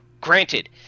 granted